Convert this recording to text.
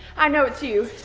i know it's you.